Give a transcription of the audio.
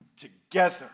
together